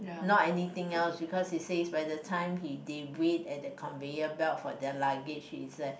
not anything else because he says by the time he they wait at the conveyor belt for their luggage it's like